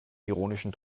ironischen